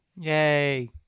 Yay